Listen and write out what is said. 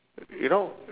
you know